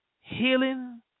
healing